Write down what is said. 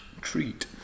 treat